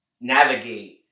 navigate